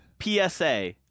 PSA